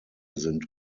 sind